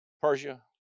Persia